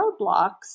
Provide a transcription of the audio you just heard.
roadblocks